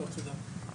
לא, תודה.